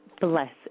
Bless